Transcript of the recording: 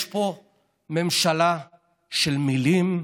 יש פה ממשלה של מילים,